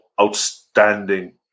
outstanding